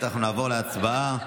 אנחנו נעבור להצבעה.